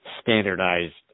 standardized